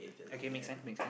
okay make sense make sense